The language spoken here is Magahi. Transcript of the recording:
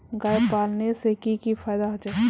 गाय पालने से की की फायदा होचे?